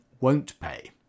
won't-pay